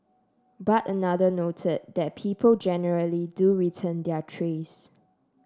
but another noted that people generally do return their trays